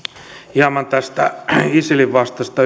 hieman tästä isilin vastaisesta